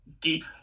Deep